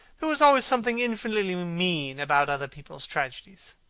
there is always something infinitely mean about other people's tragedies.